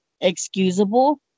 excusable